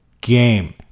game